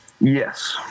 Yes